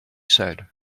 said